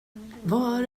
var